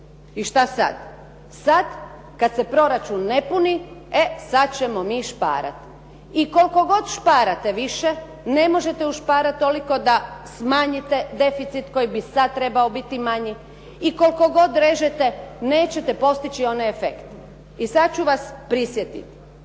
I što sada? Sada kada se proračun ne puni e sada ćemo mi šparati. I koliko god šparate više ne možete ušparati toliko da smanjite deficit koji bi sada trebao biti manji i koliko god režete nećete postići onaj efekt. I sada ću vas prisjetiti.